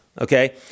Okay